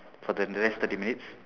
for the next thirty minutes